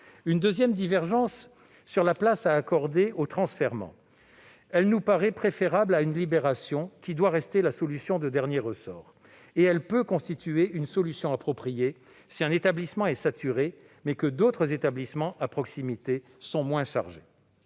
Une deuxième divergence demeure sur la place à accorder au transfèrement. Le transfèrement nous paraît préférable à une libération, qui doit rester la solution de dernier ressort, et il peut constituer une solution appropriée si un établissement est saturé mais que d'autres établissements à proximité sont moins chargés.